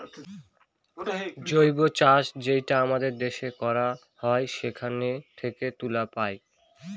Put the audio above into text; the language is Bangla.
জৈব চাষ যেটা আমাদের দেশে করা হয় সেখান থেকে তুলা পায়